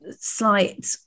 slight